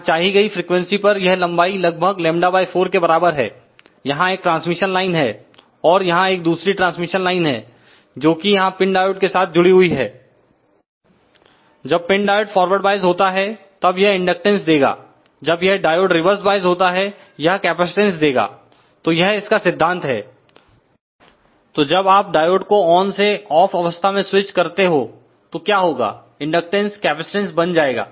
यहां चाही गई फ्रीक्वेंसी पर यह लंबाई लगभग λ4 के बराबर है यहां एक ट्रांसमिशन लाइन है और यहां एक दूसरी ट्रांसमिशन लाइन है जोकि यहां पिन डायोड के साथ जुड़ी हुई है जब पिन डायोड फॉरवर्ड वॉइस होता है तब यह इंडक्टेंस देगा जब यह डायोड रिवर्स वाइज होता है यह कैपेसिटेंस देगा तो यह इसका सिद्धांत है तो जब आप डायोड को ऑन से ऑफ अवस्था में स्विच करते हो तो क्या होगा इंडक्टेंस कैपेसिटेंस बन जाएगा